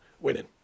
winning